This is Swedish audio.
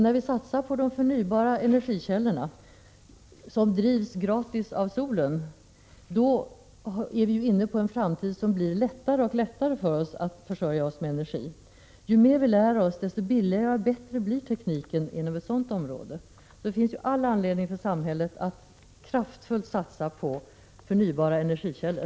När vi satsar på de förnybara energikällor som drivs gratis av solen kommer vi in på en framtid där det blir lättare och lättare för oss att klara energiförsörjningen. Ju mer vi lär oss, desto billigare och bättre blir tekniken inom ett sådant här område. Det finns alltså all anledning för samhället att kraftfullt satsa på förnybara energikällor.